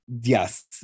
Yes